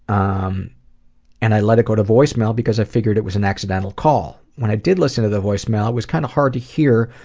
um and i let it go to voicemail because i figured it was an accidental call. when i did listen to the voicemail, it was kind of hard to hear,